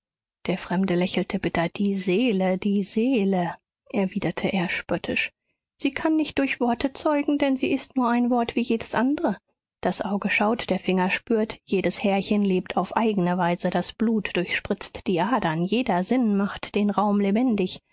der fremde lächelte bitter die seele die seele erwiderte er spöttisch sie kann nicht durch worte zeugen denn sie ist nur ein wort wie jedes andre das auge schaut der finger spürt jedes härchen lebt auf eigne weise das blut durchspritzt die adern jeder sinn macht den raum lebendig